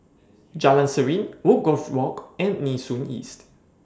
Jalan Serene Woodgrove Walk and Nee Soon East